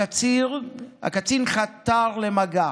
הקצין חתר למגע